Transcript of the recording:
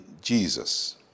Jesus